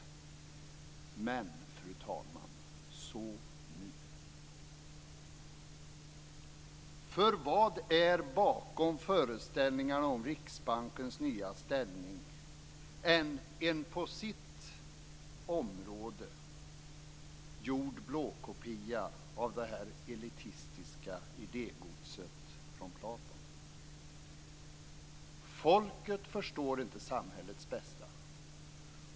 Men, fru talman, så nu! För vad är bakom föreställningar om Riksbankens nya ställning om inte en på sitt område gjord blåkopia av det elitistiska idégodset från Platon? Folket förstår inte samhällets bästa.